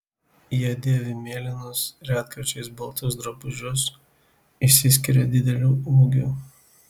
jie dėvi mėlynus retkarčiais baltus drabužius išsiskiria dideliu ūgiu